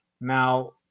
Now